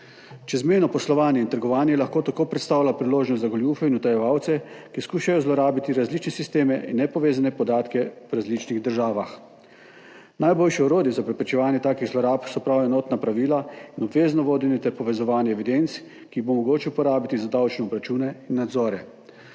Čezmejno poslovanje in trgovanje lahko tako predstavljata priložnost za goljufe in utajevalce, ki skušajo zlorabiti različne sisteme in nepovezane podatke v različnih državah. Najboljše orodje za preprečevanje takih zlorab so prav enotna pravila in obvezno vodenje ter povezovanje evidenc, ki jih bo mogoče uporabiti za davčne obračune in nadzore.